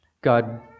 God